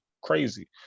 crazy